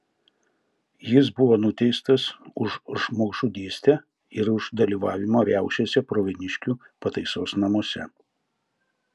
jis buvo nuteistas už žmogžudystę ir už dalyvavimą riaušėse pravieniškių pataisos namuose